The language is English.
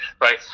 right